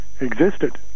existed